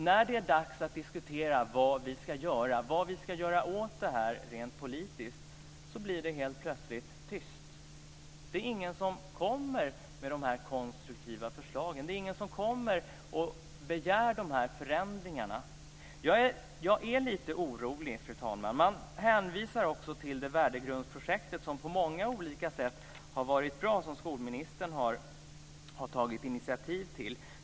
När det är dags att diskutera vad vi ska göra åt detta rent politiskt blir det helt plötsligt tyst. Det är ingen som kommer med de konstruktiva förslagen. Det är ingen som begär de här förändringarna. Fru talman! Jag är lite orolig. Man hänvisar också till Värdegrundsprojektet som skolministern har tagit initiativ till. Det har varit bra på många olika sätt.